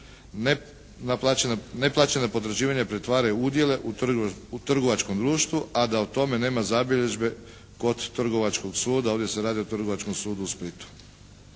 neplaćena potraživanja pretvaraju u udjele u trgovačkom društvu a da o tome nema zabilježbe kod trgovačkog suda. Ovdje se radi o Trgovačkom sudu u Splitu.